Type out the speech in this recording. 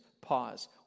Pause